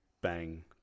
bang